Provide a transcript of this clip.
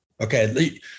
okay